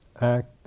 act